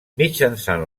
mitjançant